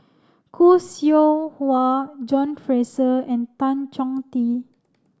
Khoo Seow Hwa John Fraser and Tan Chong Tee